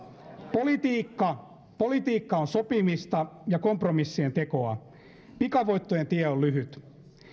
politiikka politiikka on sopimista ja kompromissien tekoa pikavoittojen tie on lyhyt